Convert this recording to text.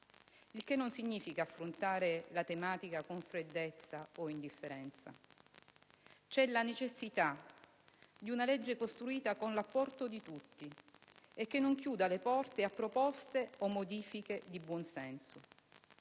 il che non significa affrontare la tematica con freddezza o indifferenza. C'è la necessità di una legge costruita con l'apporto di tutti e che non chiuda le porte a proposte o modifiche di buon senso.